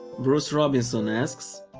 bryce robinson asks,